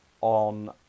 on